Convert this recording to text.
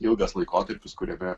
ilgas laikotarpis kuriame